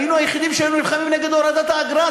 היינו היחידים שנלחמו נגד הורדת האגרה.